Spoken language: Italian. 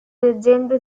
leggende